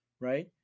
right